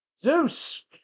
Zeus